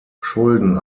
schulden